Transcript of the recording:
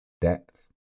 depth